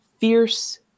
fierce